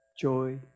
joy